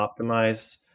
optimized